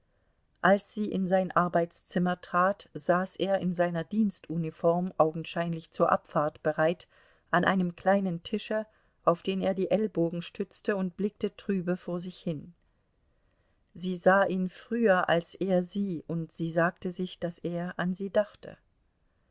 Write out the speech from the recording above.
als sie in sein arbeitszimmer trat saß er in seiner dienstuniform augenscheinlich zur abfahrt bereit an einem kleinen tische auf den er die ellbogen stützte und blickte trübe vor sich hin sie sah ihn früher als er sie und sie sagte sich daß er an sie dachte